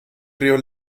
río